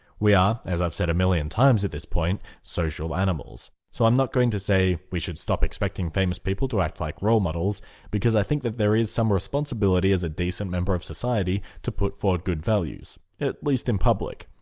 we are, as i've said a million times at this point, social animals. so i'm not going to say we should stop expecting famous people to act like role models because i think there is some responsibility as a decent member of society to put forward good values, at least in public.